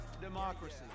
democracy